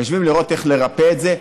לראות איך לרפא את זה.